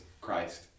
Christ